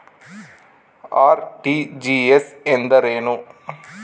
RTGS ಎಂದರೇನು?